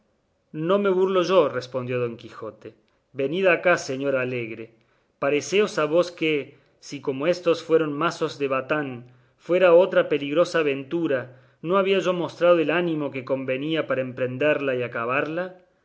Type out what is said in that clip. no me burlo yo respondió don quijote venid acá señor alegre paréceos a vos que si como éstos fueron mazos de batán fueran otra peligrosa aventura no había yo mostrado el ánimo que convenía para emprendella y acaballa